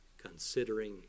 considering